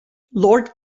lord